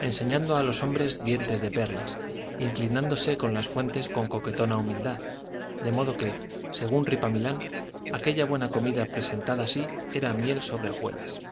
enseñando a los hombres dientes de perlas inclinándose con las fuentes con coquetona humildad de modo que según ripamilán aquella buena comida presentada así era miel sobre hojuelas